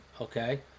Okay